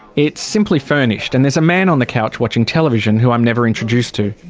it's simply furnished, and there's a man on the couch watching television who i'm never introduced to.